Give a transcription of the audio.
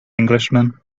englishman